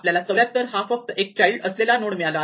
आपल्याला 74 हा फक्त एक चाइल्ड असलेला नोड मिळाला आहे